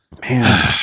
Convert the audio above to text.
man